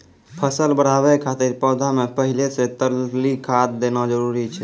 फसल बढ़ाबै खातिर पौधा मे पहिले से तरली खाद देना जरूरी छै?